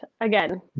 again